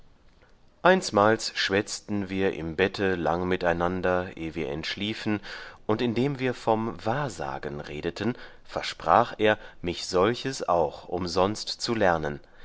einsmals schwätzten wir im bette lang miteinander eh wir entschliefen und indem wir vom wahrsagen redeten versprach er mich solches auch umsonst zu lernen